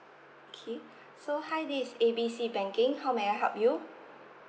okay so hi this A B C banking how may I help you